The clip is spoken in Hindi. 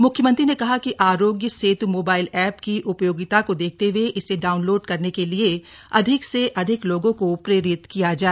मुख्यमंत्री ने कहा कि आरोग्य सेतु मोबाइल एप की उपयोगिता को देखते हुए इसे डाउनलोड करने के लिए अधिक से अधिक लोगों को प्रेरित किया जाए